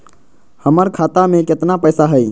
हमर खाता मे केतना पैसा हई?